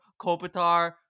Kopitar